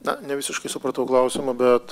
na nevisiškai supratau klausimą bet